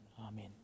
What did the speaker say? amen